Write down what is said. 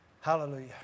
Hallelujah